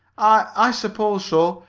i i suppose so,